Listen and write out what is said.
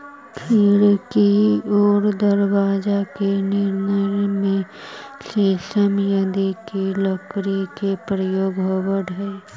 खिड़की आउ दरवाजा के निर्माण में शीशम आदि के लकड़ी के प्रयोग होवऽ हइ